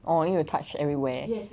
orh 因为 you touch everywhere